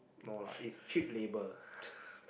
no lah it's cheap labour